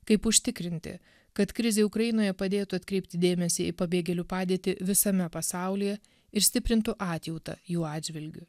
kaip užtikrinti kad krizė ukrainoje padėtų atkreipti dėmesį į pabėgėlių padėtį visame pasaulyje ir stiprintų atjautą jų atžvilgiu